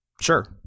Sure